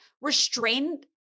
restrained